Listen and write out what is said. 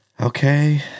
okay